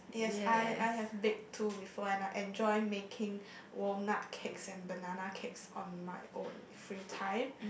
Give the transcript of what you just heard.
yes I I have baked two before and I'm enjoy baking walnut cakes and banana cakes on my own free time